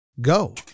Go